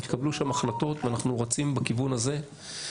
התקבלו שם החלטות ואנחנו רצים בכיוון הזה.